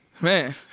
Man